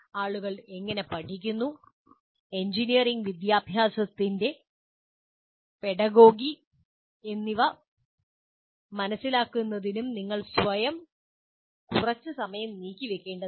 ആളുകൾ എങ്ങനെ പഠിക്കുന്നു എഞ്ചിനീയറിംഗ് വിദ്യാഭ്യാസത്തിന്റെ പെഡഗോഗി എന്നിവ മനസിലാക്കുന്നതിനും നിങ്ങൾ സ്വയം കുറച്ച് സമയം നീക്കിവയ്ക്കേണ്ടതുണ്ട്